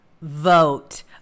Vote